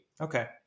Okay